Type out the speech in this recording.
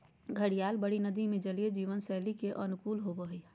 घड़ियाल बड़ी नदि में जलीय जीवन शैली के अनुकूल होबो हइ